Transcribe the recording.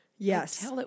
Yes